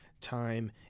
time